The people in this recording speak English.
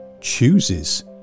chooses